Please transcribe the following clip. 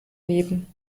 leben